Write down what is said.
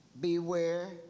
Beware